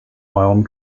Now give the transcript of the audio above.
ion